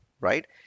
right